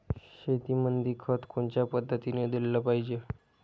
शेतीमंदी खत कोनच्या पद्धतीने देलं पाहिजे?